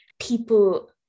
people